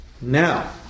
Now